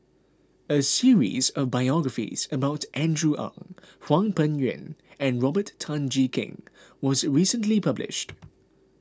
a series of biographies about Andrew Ang Hwang Peng Yuan and Robert Tan Jee Keng was recently published